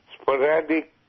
sporadic